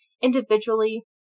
individually